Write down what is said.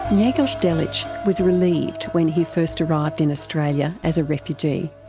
ngegos delic was relieved when he first arrived in australia as a refugee.